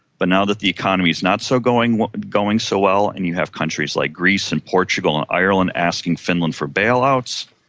but now that the economy is not so going going so well and you have countries like greece and portugal and ireland asking finland for bailouts,